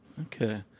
Okay